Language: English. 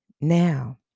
Now